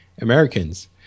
americans